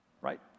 right